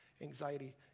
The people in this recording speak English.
anxiety